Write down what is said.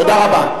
תודה רבה.